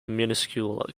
minuscule